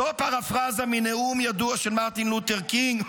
זו פרפרזה מנאום ידוע של מרטין לותר קינג,